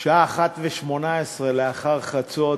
השעה 01:18, לאחר חצות,